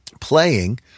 playing